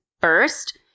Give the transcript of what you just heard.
first